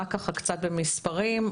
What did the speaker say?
רק קצת במספרים.